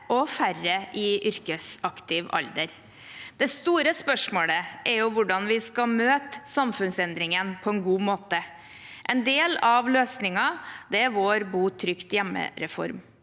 og færre i yrkesaktiv alder. Det store spørsmålet er hvordan vi skal møte samfunnsendringen på en god måte. En del av løsningen er vår bo trygt hjemme-reform.